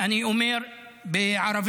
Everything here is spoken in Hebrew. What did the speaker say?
אני אומר בערבית